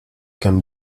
can